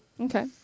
Okay